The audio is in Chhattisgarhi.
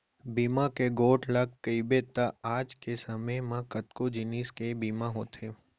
बीमा के गोठ ल कइबे त आज के समे म कतको जिनिस के बीमा होथे